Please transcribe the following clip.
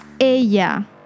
Ella